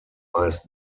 meist